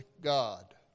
God